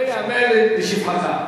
זה ייאמר לשבחך.